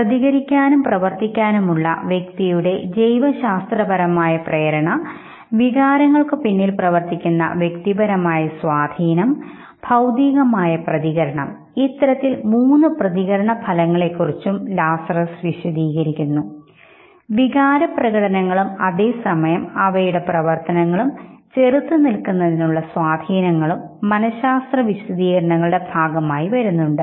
പ്രതികരിക്കാനും പ്രവർത്തിക്കാനുമുള്ള വ്യക്തിയുടെ ജൈവശാസ്ത്രപരമായ പ്രേരണ വികാരങ്ങൾക്കു പിന്നിൽ പ്രവർത്തിക്കുന്ന വ്യക്തിപരമായ സ്വാധീനംഭൌതികമായ പ്രതികരണം ഇത്തരത്തിൽ മൂന്ന് പ്രതികരണ ഫലങ്ങളെ കുറിച്ചും ലാസറസ് വിശദീകരിക്കുന്നു വികാരപ്രകടനകളും അതേസമയം അവയുടെ പ്രവർത്തനങ്ങളും ചെറുത്ത്നിൽക്കുന്നതിനുള്ള സ്വാധീനങ്ങളും മനശാസ്ത്രവിശദീകരണങ്ങളുടെ ഭാഗമായി വരുന്നുണ്ട്